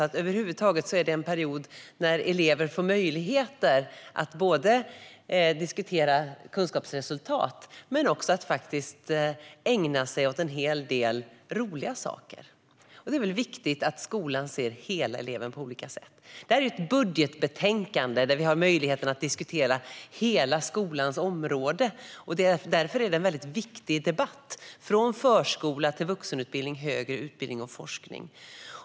Det är alltså en period då elever får möjlighet att både diskutera kunskapsresultat och faktiskt ägna sig åt en hel del roliga saker, och det är viktigt att skolan på olika sätt ser hela eleven. Detta är ett budgetbetänkande där vi har möjlighet att diskutera hela skolans område, och därför är det en viktig debatt. Den gäller alltifrån förskola till vuxenutbildning, högre utbildning och forskning.